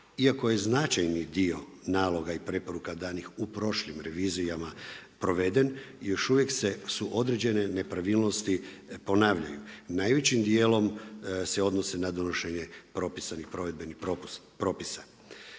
Iako je značajni dio naloga i preporuka danih u prošlim revizijama proveden, još uvijek se određene nepravilnosti ponavljaju. Najvećim djelom se odnose na donošenje propisanih provedenih propisa.